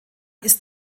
ist